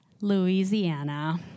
Louisiana